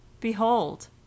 Behold